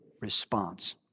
response